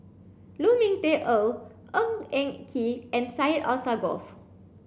Lu Ming Teh Earl Ng Eng Kee and Syed Alsagoff